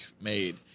made